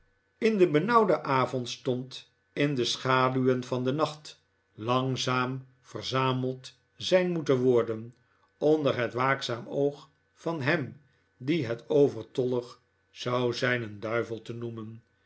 in den benauwden avondstond in de schaduwen van den nacht langzaam verzameld zijn moeten worden onder het waakzaam oog van hem dien het overtollig zou zijn een duivel te noemen